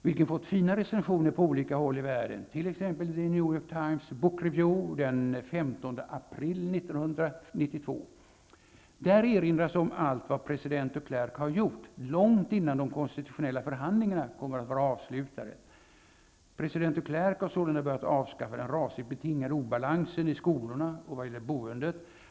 Boken har fått fina recensioner på olika håll i världen, t.ex. i The New boken erinras om allt vad president De Klerk har gjort, långt innan de konstitutionella förhandlingarna kommer att vara avslutade. President De Klerk har sålunda börjat avskaffa den rasligt betingade obalansen i skolorna och vad gäller boendet.